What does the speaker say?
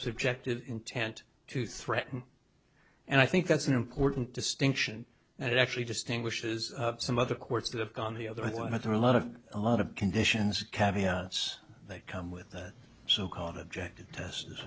subjective intent to threaten and i think that's an important distinction and it actually distinguishes some of the courts that have gone the other one but there are a lot of a lot of conditions caviar us that come with that so called objective test as